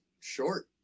short